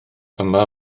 yma